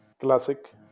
Classic